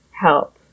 help